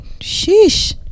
Sheesh